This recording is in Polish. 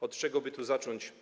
Od czego by tu zacząć?